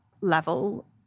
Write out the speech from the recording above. level